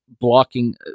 blocking